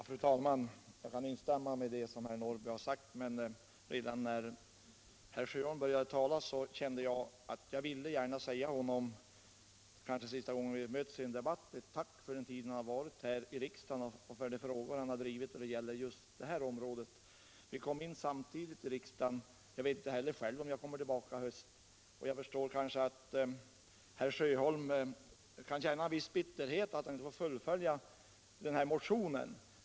Fru talman! Jag kan instämma i vad herr Norrby sagt. men redan när herr Sjöholm började tala kände jag att jag gärna ville rikta — det är kanske sista gången vi möts i en debatt — ett tack till honom för den tid han har varit här i riksdagen och för vad han gjort på just det här området. Vi kom samtidigt till riksdagen, jag vet inte heller om jag själv kommer tillbaka 1 höst, och jag förstår att herr Sjöholm kan känna en viss bitterhet över att han inte får fullfölja den här motionen.